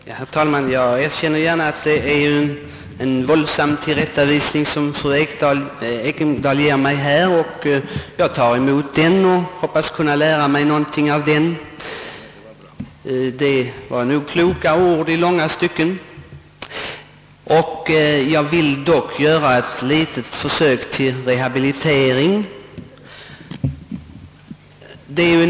Herr talman! Jag erkänner gärna att det var en våldsam tillrättavisning som fru Ekendahl gav mig. Jag tar emot den och hoppas kunna lära mig någonting av den. I långa stycken var det kanske kloka ord. Emellertid vill jag göra ett litet försök till rehabilitering.